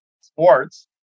sports